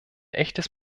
echtes